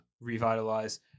revitalize